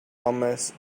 hummus